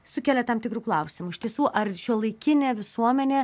sukelia tam tikrų klausimų iš tiesų ar šiuolaikinė visuomenė